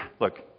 look